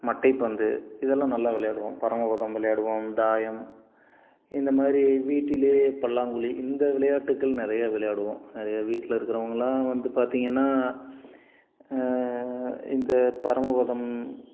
மட்டைப்பந்து இதெல்லாம் நல்லா விளையாடுவோம் பரமபதம் விளையாடுவோம் தாயம் இந்தமாதிரி வீட்டிலே பல்லாங்குழி இந்த விளையாட்டுக்கள் நிறைய விளையாடுவோம் நிறைய வீட்டில் இருக்கிறவங்கள்லாம் வந்து பார்த்தீங்கன்னா இந்த பரமபதம்